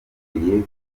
bitabiriye